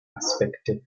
aspekte